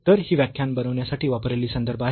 तर ही व्याख्यान बनविण्यासाठी वापरलेली संदर्भ आहेत